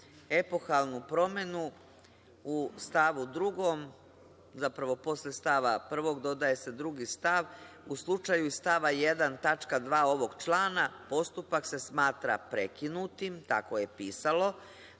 epohalnu promenu, u stavu 2, zapravo posle stava 1. dodaje se drugi stav: „U slučaju iz stava 1. tačka 2. ovog člana, postupak se smatra prekinutim“, tako je pisalo,